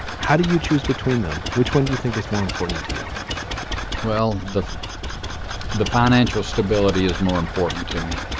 how do you choose between them. which one do you think is more important to you well the the financial stability is more important to me.